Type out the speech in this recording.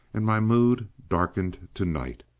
and my mood darkened to night.